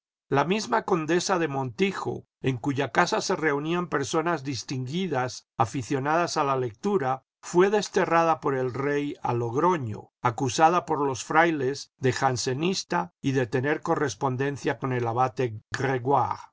la misma condesa del montijo en cuya casa se reunían personas distinguidas aficionadas a la lectura fué desterrada por el rey a logroño acusada por los frailes de jansenista y de tener correspondencia con el abate